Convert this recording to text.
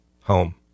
Home